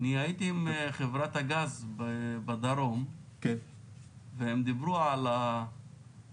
הייתי עם חברת הגז בדרום והם דיברו על המנועים